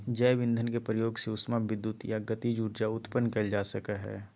जैव ईंधन के प्रयोग से उष्मा विद्युत या गतिज ऊर्जा उत्पन्न कइल जा सकय हइ